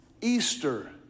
Easter